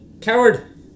Coward